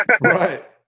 Right